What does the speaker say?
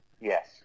yes